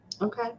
Okay